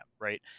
right